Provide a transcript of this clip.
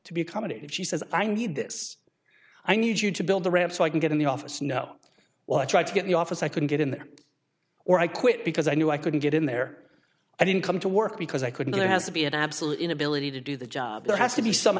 to be accommodated she says i need this i need you to build the ramp so i can get in the office no well i tried to get the office i couldn't get in there or i quit because i knew i couldn't get in there i didn't come to work because i couldn't there has to be an absolute inability to do the job there has to be some